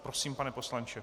Prosím, pane poslanče.